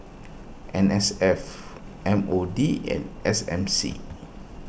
N S F M O D and S M C